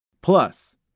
Plus